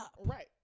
right